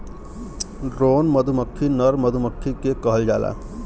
drone मधुमक्खी नर मधुमक्खी के कहल जाला